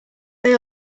they